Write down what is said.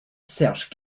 serge